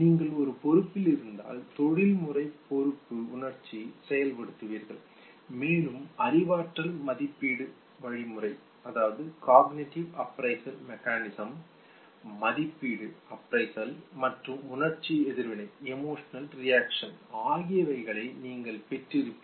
நீங்கள் ஒரு பொறுப்பிலிருந்தால் தொழில்முறை பொறுப்பு உணர்ச்சியை செயல்படுத்துகிறீர்கள் மேலும் அறிவாற்றல் மதிப்பீடு வழிமுறை காக்னிடிவ் ஆஃப்ரைசல் மெக்கானிசம் மதிப்பீடு ஆஃப்ரைசல் மற்றும் உணர்ச்சி எதிர்வினை எமோஷனல் ரியாக்சன் ஆகியவைகளை நீங்கள் பெற்று இருப்பீர்கள்